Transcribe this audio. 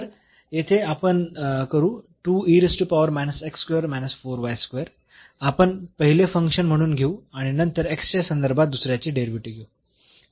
तर येथे आपण करू आपण पहिले फंक्शन म्हणून घेऊ आणि नंतर च्या संदर्भात दुसऱ्याचे डेरिव्हेटिव्ह घेऊ